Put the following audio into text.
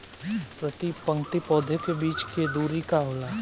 प्रति पंक्ति पौधे के बीच के दुरी का होला?